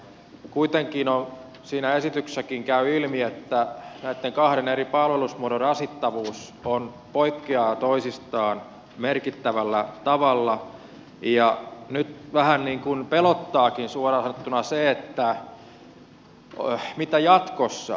kuitenkin siitä esityksestäkin käy ilmi näitten kahden eri palvelusmuodon rasittavuudet poikkeavat toisistaan merkittävällä tavalla ja nyt vähän niin kuin pelottaakin suoraan sanottuna se että mitä jatkossa